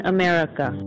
America